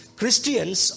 Christians